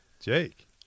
Jake